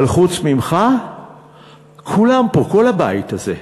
אבל חוץ ממך כולם פה, כל הבית הזה,